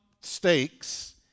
stakes